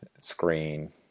screen